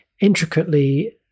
intricately